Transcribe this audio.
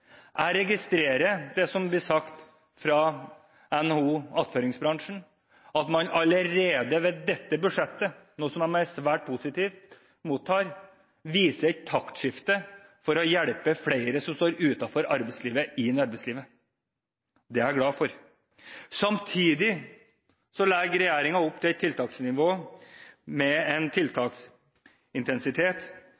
Jeg registrerer det som blir sagt fra NHO og attføringsbransjen, at man allerede med dette budsjettet, som man mottar svært positivt, viser et taktskifte for å hjelpe flere som står utenfor arbeidslivet, inn i arbeidslivet. Det er jeg glad for. Samtidig legger regjeringen opp til et tiltaksnivå med en